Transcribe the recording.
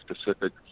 specific